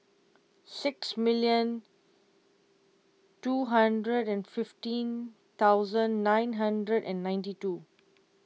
six million two hundred and fifteen thousand nine hundred and ninety two